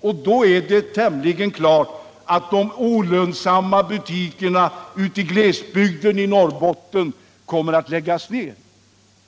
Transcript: och det är då tämligen klart att de olönsamma butikerna i glesbygden i Norrbotten måste läggas ner.